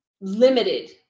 limited